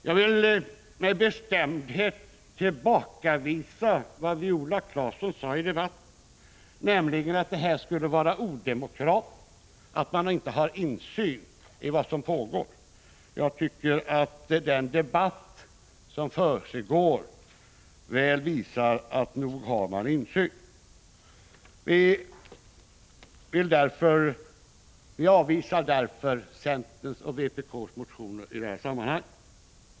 Jag vill med bestämdhet tillbakavisa vad Viola Claesson sade i debatten om att detta skulle vara odemokratiskt, att man inte har insyn i vad som pågår. Jag tycker att den debatt som försiggår väl visar att man har insyn. Vi avvisar därför centerns och vpk:s motioner i detta sammanhang.